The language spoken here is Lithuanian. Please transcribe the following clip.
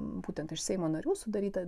būtent iš seimo narių sudaryta